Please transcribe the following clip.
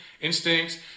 instincts